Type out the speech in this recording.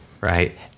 Right